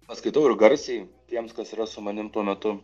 paskaitau ir garsiai tiems kas yra su manim tuo metu